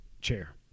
Chair